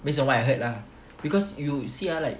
based on what I heard lah because you see ah like